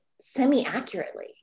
semi-accurately